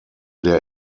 der